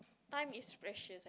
time is precious